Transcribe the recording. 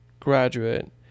graduate